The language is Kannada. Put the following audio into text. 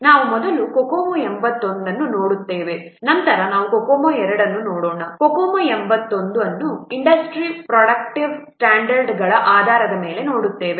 ನಾವು ಮೊದಲು COCOMO 81 ಅನ್ನು ನೋಡುತ್ತೇವೆ ನಂತರ ನಾವು COCOMO II ಅನ್ನು ನೋಡೋಣ COCOMO 81 ಅನ್ನು ಇಂಡಸ್ಟ್ರಿ ಪ್ರೋಡಕ್ಟಿವ್ ಸ್ಟ್ಯಾಂಡರ್ಡ್ಗಳ ಆಧಾರದ ಮೇಲೆ ನೋಡುತ್ತೇವೆ